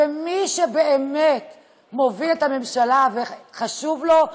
מי שבאמת מוביל את הממשלה וזה חשוב לו,